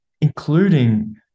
including